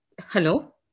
Hello